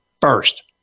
first